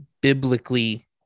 biblically